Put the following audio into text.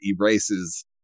erases